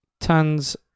Tons